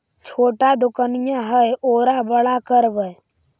छोटा दोकनिया है ओरा बड़ा करवै?